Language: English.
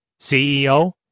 CEO